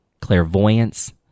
clairvoyance